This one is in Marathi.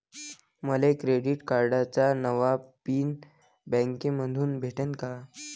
मले क्रेडिट कार्डाचा नवा पिन बँकेमंधून भेटन का?